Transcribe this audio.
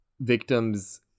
victims